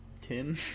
Tim